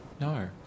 No